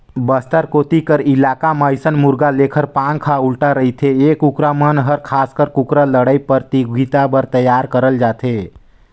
बस्तर कोती कर इलाका म अइसन मुरगा लेखर पांख ह उल्टा रहिथे ए कुकरा मन हर खासकर कुकरा लड़ई परतियोगिता बर तइयार करल जाथे